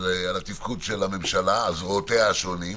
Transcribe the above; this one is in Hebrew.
על התפקוד של הממשלה על זרועותיה השונים,